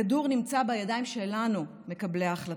הכדור נמצא בידיים שלנו, מקבלי ההחלטות,